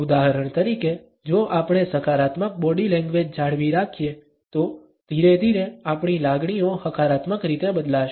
ઉદાહરણ તરીકે જો આપણે સકારાત્મક બોડી લેંગ્વેજ જાળવી રાખીએ તો ધીરે ધીરે આપણી લાગણીઓ હકારાત્મક રીતે બદલાશે